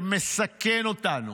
שמסכן אותנו,